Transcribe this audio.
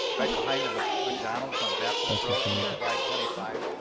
right behind them, a mcdonald's on baptist road east of i twenty five.